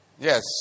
Yes